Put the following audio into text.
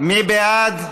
מי בעד?